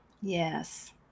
yes